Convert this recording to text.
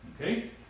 Okay